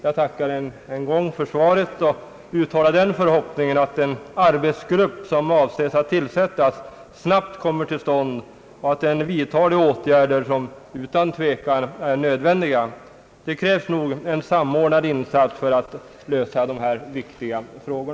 Jag tackar än en gång för svaret och uttalar förhoppningen att den arbetsgrupp som man avser att tillsätta snabbt kommer till stånd och att den vidtar de åtgärder som utan tvivel är nödvändiga. Det krävs en samordnad insats för att lösa dessa viktiga frågor.